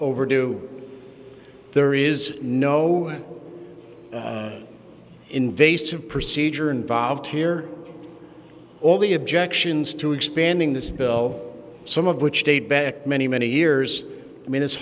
overdue there is no invasive procedure involved here all the objections to expanding this bill some of which date back many many years i mean this